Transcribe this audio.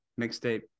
mixtape